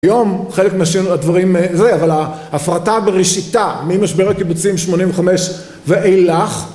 היום חלק מהשאלות הדברים זה, אבל ההפרטה בראשיתה ממשבר הקיבוצים 85 ואילך